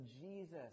Jesus